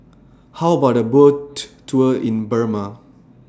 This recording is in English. How about A Boat Tour in Burma